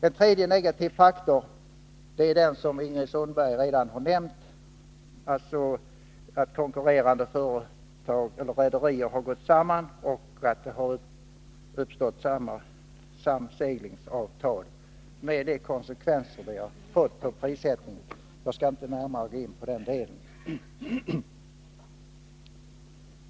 En tredje negativ faktor är den som Ingrid Sundberg redan har nämnt, nämligen att konkurrerande rederier har gått samman och ingått samseglingsavtal — med de konsekvenser detta fått för prissättningen. Jag skall inte närmare gå in på den delen.